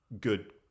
good